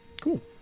Cool